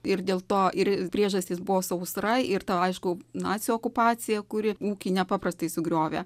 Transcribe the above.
ir dėl to ir priežastys buvo sausra ir ta aišku nacių okupacija kuri ūkį nepaprastai sugriovė